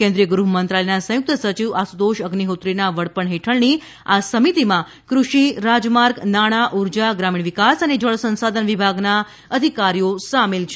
કેન્દ્રિય ગૃહમંત્રાલયના સંયુક્ત સચિવ આશુતોષ અઝિહોત્રીના વડપણ હેઠળની આ સમિતિમાં કૃષિ રાજમાર્ગ નાણા ઉર્જા ગ્રામીણ વિકાસ અને જળસંસાધન વિભાગના અધિકારીઓ સામેલ છે